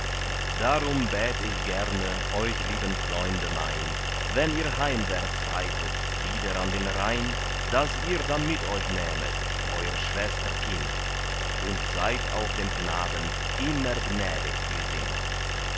darum bät ich gerne euch lieben freunde mein wenn ihr heimwärts reitet wieder an den rhein daß ihr dann mit euch nehmet euer schwester kind und seid auch dem knaben immer gnädig gesinnt